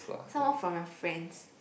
some more from your friends